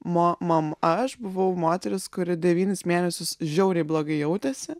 ma mam aš buvau moteris kuri devynis mėnesius žiauriai blogai jautėsi